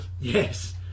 yes